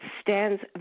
stands